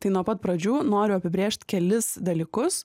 tai nuo pat pradžių noriu apibrėžt kelis dalykus